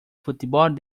fútbol